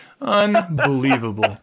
Unbelievable